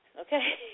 Okay